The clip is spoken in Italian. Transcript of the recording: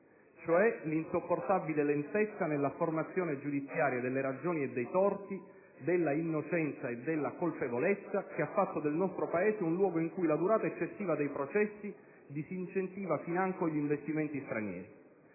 l'insopportabile lentezza nell'affermazione giudiziaria delle ragioni e dei torti, della innocenza o della colpevolezza, che ha fatto del nostro Paese un luogo in cui la durata eccessiva dei processi disincentiva financo gli investimenti stranieri.